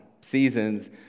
seasons